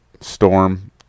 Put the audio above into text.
storm